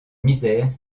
misère